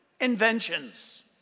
inventions